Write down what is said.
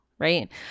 Right